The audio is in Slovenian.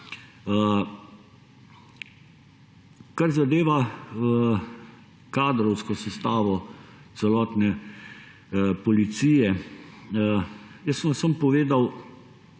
Kar zadeva kadrovsko sestavo celotne policije, sem vam jaz samo povedal,